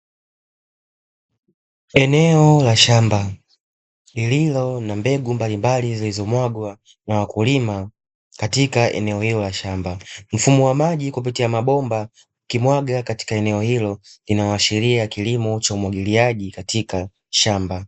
Eneo la shamba lililo na mbegu mbalimbali zilizo mwaga na wakulima katika eneo hilo la shamba, mfumo wa maji kupitia mabomba yakimwaga katika eneo hilo lina ashiria kilimo cha umwagiliaji katika shamba.